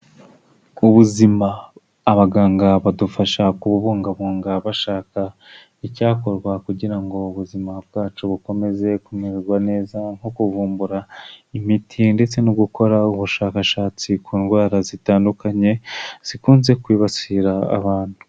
Ubuzima abaganga badufasha kubungabunga bashaka icyakorwa kugira ngo ubuzima bwacu bukomeze kumererwa neza nko kuvumbura imiti ndetse no gukora ubushakashatsi ku ndwara zitandukanye zikunze kwibasira abantu.